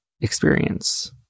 experience